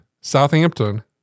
Southampton